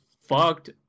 fucked